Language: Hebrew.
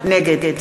נגד